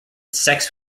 sex